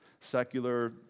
secular